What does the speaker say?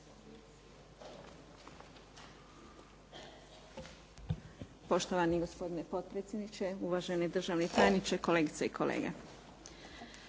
Poštovani gospodine potpredsjedniče, uvaženi državni tajniče, kolegice i kolege.